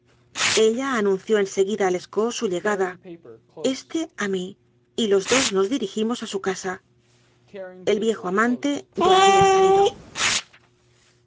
ella anunció en seguida a lescaut su llegada éste a mí y los dos nos dirigimos a su casa el viejo amante ya había salido